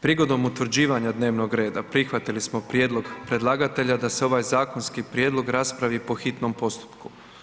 Prigodom utvrđivanja dnevnog reda prihvatili smo prijedlog predlagatelja da se ovaj zakonski prijedlog raspravi po hitnom postupku.